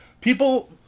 people